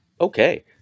Okay